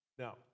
Now